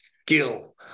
skill